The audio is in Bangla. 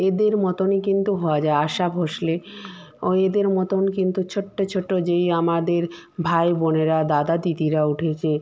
এদের মতোন কিন্তু হওয়া যায় আশা ভোঁসলে ও এদের মতোন কিন্তু ছোট্ট ছোটো যেই আমাদের ভাই বোনেরা দাদা দিদিরা উঠেছে